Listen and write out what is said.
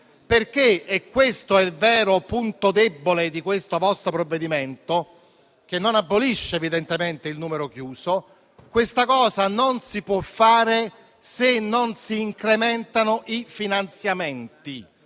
perché - e questo è il vero punto debole del vostro provvedimento, che non abolisce evidentemente il numero chiuso - questo non si può fare se non si incrementano i finanziamenti.